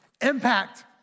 Impact